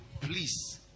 please